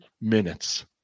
minutes